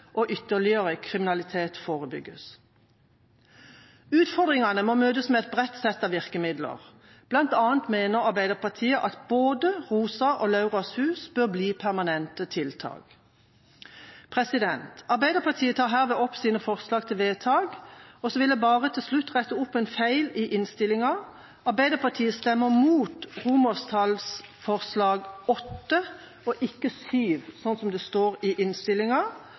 og ytterligere kriminalitet forebygges. Utfordringene må møtes med et bredt sett av virkemidler. Blant annet mener Arbeiderpartiet at både ROSA og Lauras hus bør bli permanente tiltak. Arbeiderpartiet tar herved opp sine forslag til vedtak. Så vil jeg bare til slutt rette opp en feil i innstillinga til sak nr. 10: Arbeiderpartiet stemmer mot VIII og ikke mot VII som det står innstillinga.